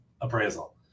appraisal